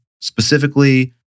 specifically